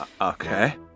okay